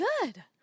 good